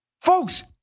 Folks